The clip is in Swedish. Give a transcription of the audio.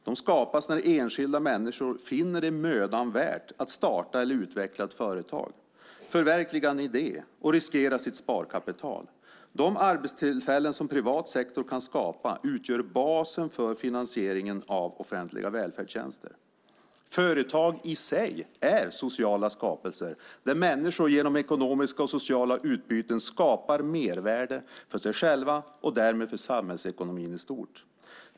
De skapas när enskilda människor finner det mödan värt att starta eller utveckla ett företag, förverkliga en idé och riskera sitt sparkapital. De arbetstillfällen som privat sektor kan skapa utgör basen för finansieringen av offentliga välfärdstjänster. Företag i sig är sociala skapelser där människor genom ekonomiska och sociala utbyten skapar mervärde för sig själva och därmed för samhällsekonomin i stort.